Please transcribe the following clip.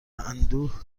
اندوه